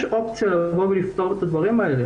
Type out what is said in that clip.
יש אופציה לפתור את הדברים האלה.